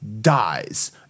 dies